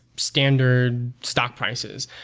standard stock prices.